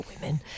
women